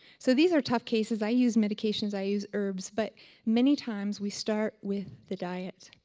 so these are tough cases, i use medications, i use herbs but many times, we start with the diet.